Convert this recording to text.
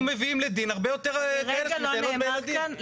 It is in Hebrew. מביאים לדין הרבה יותר כאלה שמתעללות בילדים.